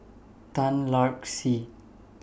Tan Lark Sye